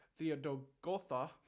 theodogotha